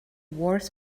wars